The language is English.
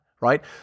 right